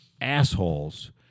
assholes